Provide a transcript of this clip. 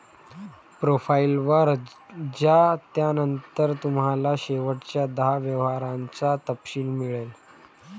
profile वर जा, त्यानंतर तुम्हाला शेवटच्या दहा व्यवहारांचा तपशील मिळेल